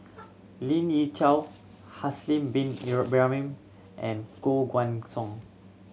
Lien Ying Chow Haslir Bin Ibrahim and Koh Guan Song